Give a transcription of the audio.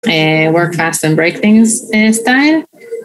Eh work fast and break things style